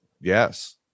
yes